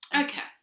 Okay